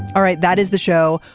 all right. that is the show.